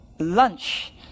Lunch